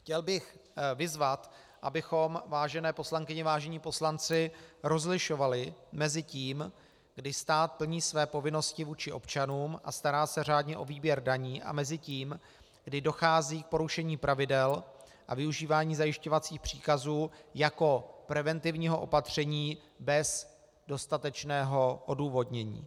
Chtěl bych vyzvat, vážené poslankyně, vážení poslanci, abychom rozlišovali mezi tím, kdy stát plní své povinnosti vůči občanům a stará se řádně o výběr daní, a tím, kdy dochází k porušení pravidel a využívání zajišťovacích příkazů jako preventivního opatření bez dostatečného odůvodnění.